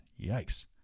Yikes